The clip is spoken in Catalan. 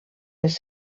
les